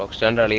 like sandy